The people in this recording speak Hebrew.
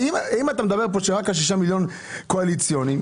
אם אתה אומר כאן שה-6 מיליון שקלים אלה כספים קואליציוניים,